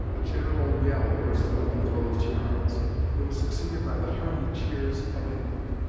a general yell burst from the enclosed hurons it was succeeded by the hearty cheers of england.